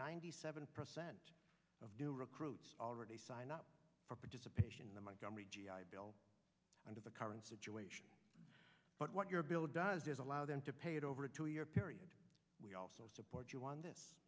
ninety seven percent of new recruits already sign up for participation in the my gummy g i bill under the current situation but what your bill does is allow them to pay it over a two year period we also support you on this